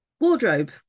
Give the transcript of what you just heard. Wardrobe